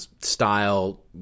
style